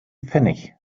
pfennig